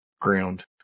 ground